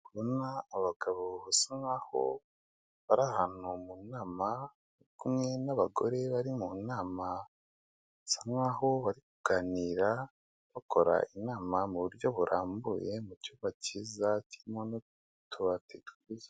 Ndi kubona abagabo basa nkaho bari ahantu mu nama kumwe n'abagore bari mu nama, bisa nkaho bari kuganira bakora inama mu buryo burambuye mu cyumba cyiza kirimo n'utubati twiza.